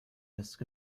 risk